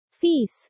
Fees